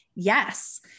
Yes